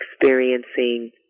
experiencing